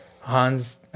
Hans